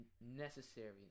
necessary